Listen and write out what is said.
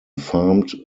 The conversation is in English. farmed